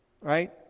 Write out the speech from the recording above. right